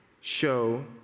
show